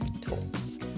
Talks